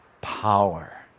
power